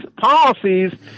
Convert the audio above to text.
policies